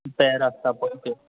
pair आसता पळय त्यो